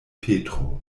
petro